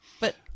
But-